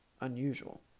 unusual